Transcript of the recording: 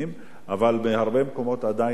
אבל בהרבה מקומות עדיין לא נגעו בזה.